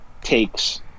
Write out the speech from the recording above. takes